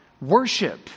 worship